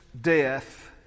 death